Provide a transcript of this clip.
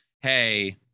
hey